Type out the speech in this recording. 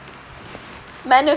manufacturing